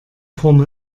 formel